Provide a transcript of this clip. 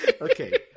okay